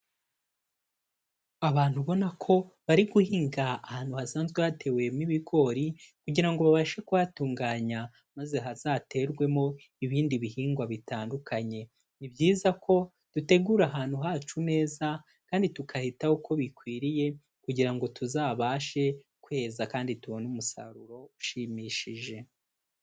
Abantu ubona ko bari guhinga ahantu hasanzwe hatewemo ibigori kugira ngo babashe kuhatunganya, maze hazaterwemo ibindi bihingwa bitandukanye. Ni byiza ko dutegura ahantu hacu neza kandi tukahitaho uko bikwiriye kugira ngo tuzabashe kweza kandi tubone umusaruro ushimishije.